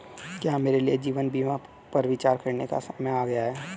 क्या मेरे लिए जीवन बीमा पर विचार करने का समय आ गया है?